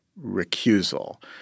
recusal